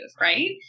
right